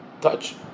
touch